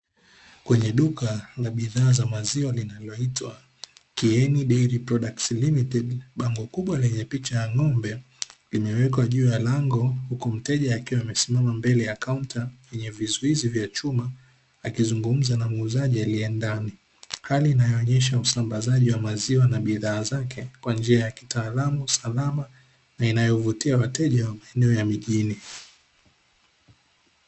Kwenye duka la bidhaa za maziwa linaloitwa "Ken product limited", bango kubwa lenye picha ya ng’ombe limewekwa juu ya lango huku mteja akiwa amesimama mbele ya kaunta yenye vizuwizi vya chuma akizungumza na muuzaji aliendani. Hali hii inaonesha usambazaji wa maziwa na bidhaa zake kwa njia ya kitaalamu na salama na inayowavutia wateja wa maeneo ya mijini.